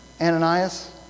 Ananias